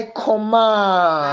command